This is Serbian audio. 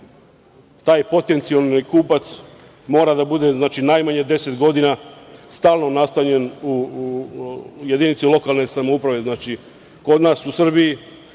taj potencijalni kupac mora da bude najmanje deset godina stalno nastanjen u jedinici lokalne samouprave,